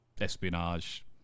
espionage